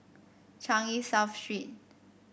Changi South Street